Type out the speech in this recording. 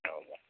அவ்வளோ தான்